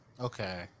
Okay